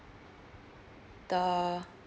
the